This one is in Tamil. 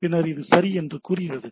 பின்னர் இது சரி என்று கூறுகிறது